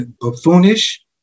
buffoonish